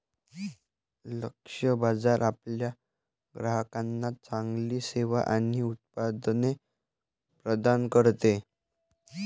लक्ष्य बाजार आपल्या ग्राहकांना चांगली सेवा आणि उत्पादने प्रदान करते